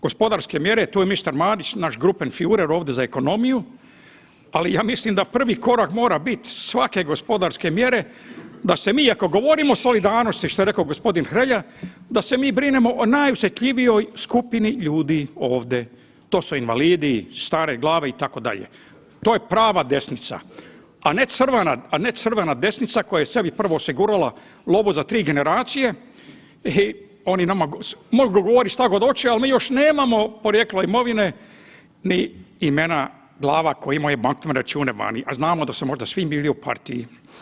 Gospodarske mjere, tu je mister Marić naš … ovdje za ekonomiju, ali ja mislim da prvi korak mora bit svake gospodarske mjere da se mi ako govorimo o solidarnosti što je rekao gospodin Hrelja, da se mi brinemo o najosjetljivijoj skupini ljudi ovdje, to su invalidi, stare glave itd. to je prava desnica, a ne crvena desnica koja sebi prvo osigurala lovu za tri generacije i oni mogu nama govoriti što god hoće, ali mi još nemamo porijeklo imovine ni imena glava koje imaju bankovne račune vani, a znamo da su možda svi bili u partiji.